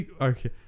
okay